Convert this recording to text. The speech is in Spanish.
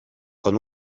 con